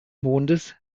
mondes